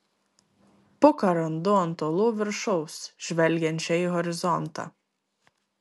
puką randu ant uolų viršaus žvelgiančią į horizontą